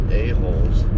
a-holes